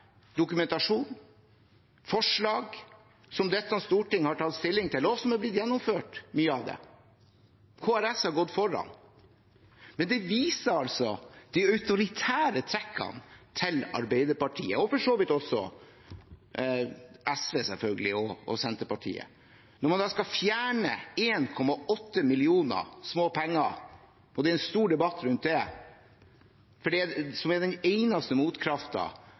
dokumentasjon, forslag som dette storting har tatt stilling til, og som er blitt gjennomført – mye av det. HRS har gått foran. Men det viser altså de autoritære trekkene til Arbeiderpartiet og for så vidt også SV, selvfølgelig, og Senterpartiet, når man skal fjerne 1,8 mill. kr, småpenger, og det er en stor debatt rundt det, som er den eneste motkraften mot nærmere 40 mill. kr som brukes på såkalte innvandrerorganisasjoner som ikke er